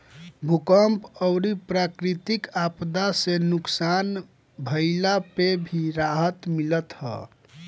भूकंप अउरी प्राकृति आपदा से नुकसान भइला पे भी राहत मिलत हअ